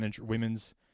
women's